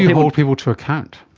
hold people to account?